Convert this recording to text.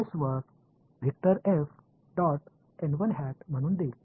तर हे मला s वर म्हणून देईल